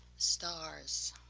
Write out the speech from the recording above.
stars